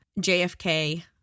JFK